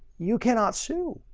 you cannot sue.